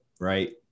right